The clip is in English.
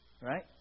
Right